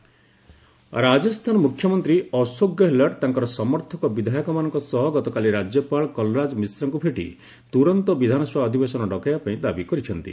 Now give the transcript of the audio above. Ashok Gehlot governor Rajasthan ମୁଖ୍ୟମନ୍ତ୍ରୀ ଅଶୋକ ଗେହଲଟ୍ ତାଙ୍କର ସମର୍ଥକ ବିଧାୟକମାନଙ୍କ ସହ ଗତକାଲି ରାଜ୍ୟପାଳ କଲ୍ରାଜ୍ ମିଶ୍ରାଙ୍କୁ ଭେଟି ତୁରନ୍ତ ବିଧାନସଭା ଅଧିବେଶନ ଡକାଇବାପାଇଁ ଦାବି କରିଛନ୍ତି